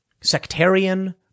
sectarian